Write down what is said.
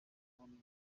wamamaye